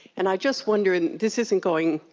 and i'm just wondering, this isn't going,